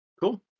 Cool